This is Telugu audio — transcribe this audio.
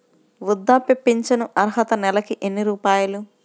వృద్ధాప్య ఫింఛను అర్హత నెలకి ఎన్ని రూపాయలు?